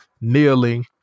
kneeling